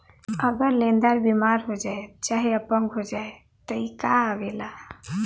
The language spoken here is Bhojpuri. अगर लेन्दार बिमार हो जाए चाहे अपंग हो जाए तब ई कां आवेला